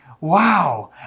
Wow